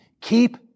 keep